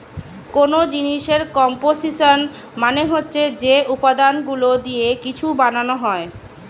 কোন জিনিসের কম্পোসিশন মানে হচ্ছে যে উপাদানগুলো দিয়ে কিছু বানানো হয়